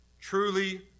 truly